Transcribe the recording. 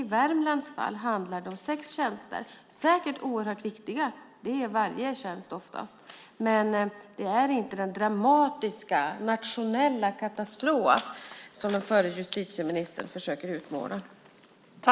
I Värmlands fall handlar det om sex tjänster - säkert oerhört viktiga, varje tjänst är oftast det - och det är alltså inte fråga om den dramatiska, nationella katastrof som den förre justitieministern försöker utmåla.